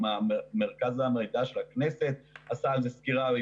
גם מרכז המידע של הכנסת עשה סקירה על